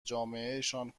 جامعهشان